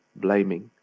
blaming,